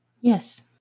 Yes